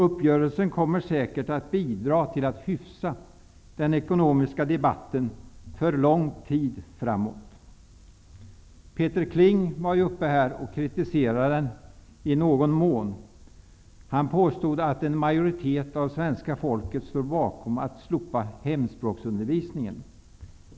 Uppgörelsen kommer säkert bidra till att hyfsa den ekonomiska debatten för en lång tid framåt. Peter Kling förde tidigare här fram en viss kritik. Han påstod att en majoritet av svenska folket stod bakom slopandet av hemspråksundervisningen.